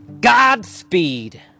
Godspeed